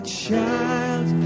child